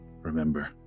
remember